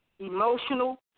emotional